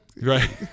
right